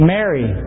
Mary